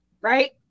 right